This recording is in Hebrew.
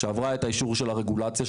שעברה את האישור של הרגולציה.